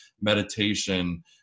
meditation